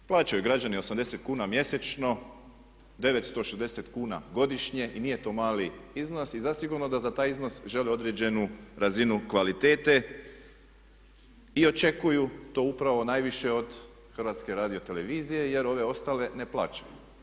Plaćaju građani 80 kn mjesečno, 960 kuna godišnje i nije to mali iznos i zasigurno da za taj iznos žele određenu razinu kvalitete i očekuju to upravo najviše od HRT-a jer ove ostale ne plaćaju.